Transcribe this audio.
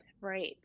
Right